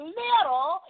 little